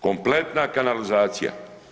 Kompletna kanalizacija.